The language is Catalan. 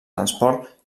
transport